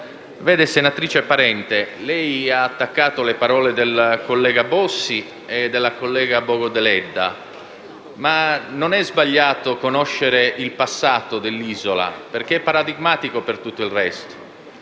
Vede, senatrice Parente, lei ha attaccato le parole del collega Bossi e della collega Bogo Deledda, ma non è sbagliato conoscere il passato dell'Isola perché è paradigmatico per tutto il resto.